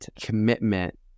commitment